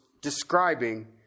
describing